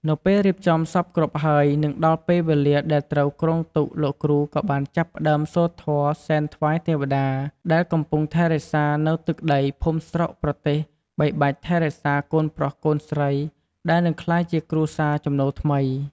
នៅពេលរៀបចំសព្វគ្រប់ហើយនិងដល់ពេលវេលាដែលត្រូវគ្រងទុកលោកគ្រូក៏បានចាប់ផ្តើមសូត្រធម៌សែនថ្វាយទេវតាដែលកំពុងថែរក្សានៅទឹកដី ភូមិស្រុក ប្រទេស បីបាច់ថែរក្សាកូនប្រុសកូនស្រីដែលនិងក្លាយជាគ្រួសារចំណូលថ្មី។